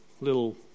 little